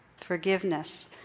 Forgiveness